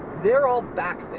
they're all back